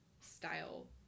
style